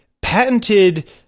patented